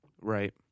right